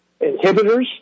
inhibitors